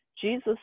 Jesus